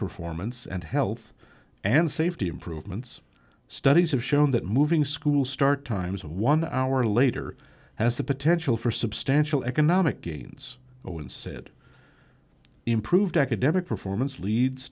performance and health and safety improvements studies have shown that moving school start times of one hour later has the potential for substantial economic gains owen said improved academic performance leads